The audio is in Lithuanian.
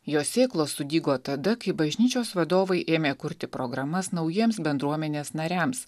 jo sėklos sudygo tada kai bažnyčios vadovai ėmė kurti programas naujiems bendruomenės nariams